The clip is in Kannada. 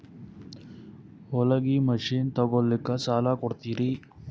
ಹೊಲಗಿ ಮಷಿನ್ ತೊಗೊಲಿಕ್ಕ ಸಾಲಾ ಕೊಡ್ತಿರಿ?